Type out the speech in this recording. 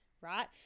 right